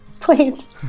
please